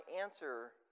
answer